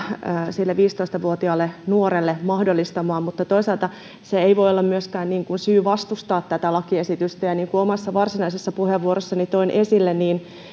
sille viisitoista vuotiaalle nuorelle mahdollistamaan mutta toisaalta se ei voi olla myöskään syy vastustaa tätä lakiesitystä ja niin kuin omassa varsinaisessa puheenvuorossani toin esille